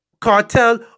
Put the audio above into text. cartel